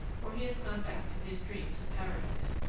for he has gone back to his dreams of paradise.